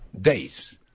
days